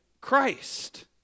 Christ